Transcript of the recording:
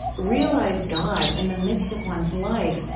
realize god in the midst of one's life,